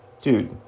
dude